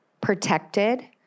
protected